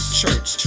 church